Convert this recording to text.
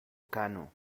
kanno